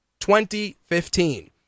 2015